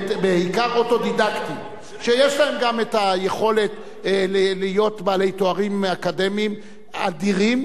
בעיקר אוטודידקטים שיש להם גם יכולת להיות בעלי תארים אקדמיים אדירים,